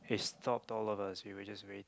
he stopped all of us we were just waiting